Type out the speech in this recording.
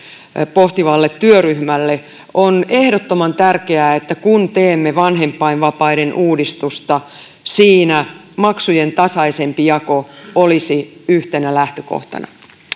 pohtivalle työryhmälle on ehdottoman tärkeää että kun teemme vanhempainvapaiden uudistusta siinä maksujen tasaisempi jako olisi yhtenä lähtökohtana